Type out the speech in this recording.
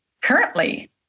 currently